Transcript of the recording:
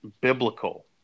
biblical